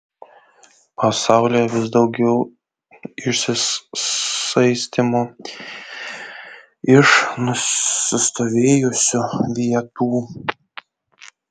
pasaulyje vis daugiau išsisaistymo iš nusistovėjusių vietų